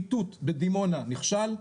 איתות בדימונה נכשל,